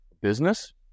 business